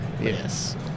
Yes